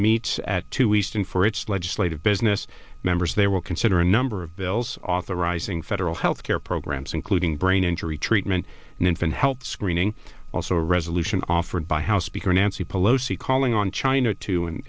meets at two eastern for its legislative business members they will consider a number of bills authorizing federal health care programs including brain injury treatment and infant health screening also a resolution offered by house speaker nancy pelosi calling on china to and